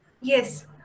Yes